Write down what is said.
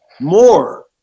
more